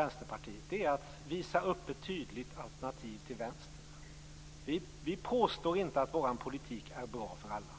Vänsterpartiets ambition är att visa upp ett tydligt alternativ till vänster. Vi påstår inte att vår politik är bra för alla.